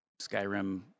Skyrim